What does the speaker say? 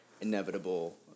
inevitable